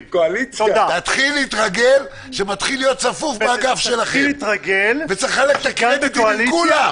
תתחיל להתרגל שמתחיל להיות צפוף באגף שלכם וצריך לחלק את הקרדיט לכולם.